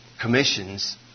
commissions